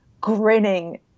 grinning